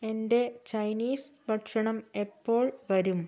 എന്റെ ചൈനീസ് ഭക്ഷണം എപ്പോൾ വരും